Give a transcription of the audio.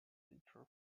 feature